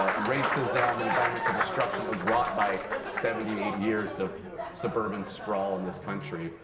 ah racism, and environmental destruction that was wrought by seventy eighty years of suburban sprawl in this country.